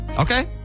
Okay